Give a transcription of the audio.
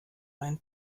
ein